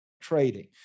trading